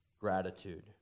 gratitude